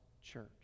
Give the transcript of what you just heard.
church